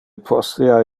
postea